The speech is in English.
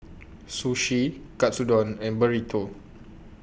Sushi Katsudon and Burrito